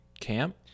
Camp